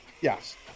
Yes